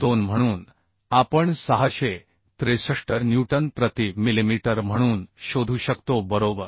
2 म्हणून आपण 663 न्यूटन प्रति मिलिमीटर म्हणून शोधू शकतो बरोबर